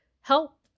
help